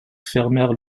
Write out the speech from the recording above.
fermèrent